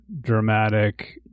dramatic